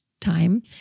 time